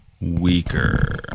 weaker